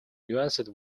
nuanced